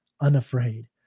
unafraid